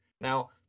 Now